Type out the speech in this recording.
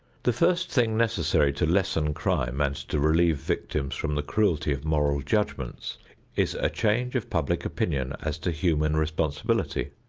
the first thing necessary to lessen crime and to relieve victims from the cruelty of moral judgments is a change of public opinion as to human responsibility.